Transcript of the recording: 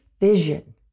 vision